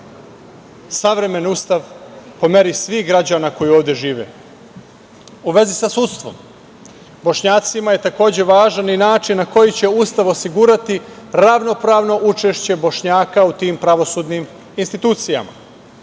savremen Ustav, po meri svih građana koji ovde žive.U vezi sa sudstvom, Bošnjacima je takođe važan i način na koji će Ustav osigurati ravnopravno učešće Bošnjaka u tim pravosudnim institucijama. Svaki